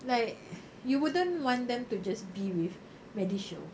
like you wouldn't want them to just be with medishield